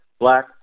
black